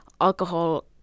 alcohol